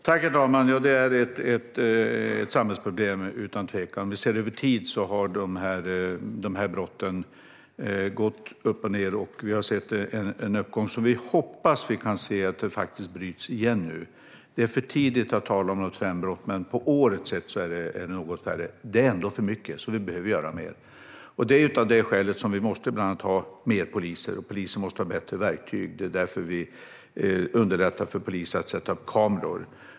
Herr talman! Ja, det är utan tvekan ett samhällsproblem. Över tid har antalet skjutningar gått upp och ned. Vi har sett en uppgång, och vi hoppas att utvecklingen bryts igen. Det är för tidigt att tala om ett trendbrott, men över året är det något färre skjutningar. Det är ändå för mycket, så vi behöver göra mer. Det är av det skälet som vi måste ha fler poliser, och poliserna måste ha bättre verktyg. Det är därför som vi underlättar för poliser att sätta upp övervakningskameror.